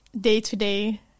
day-to-day